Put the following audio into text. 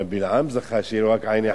גם בלעם זכה שתהיה לו רק עין אחת.